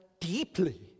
deeply